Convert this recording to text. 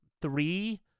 three